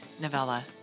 Novella